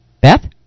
Beth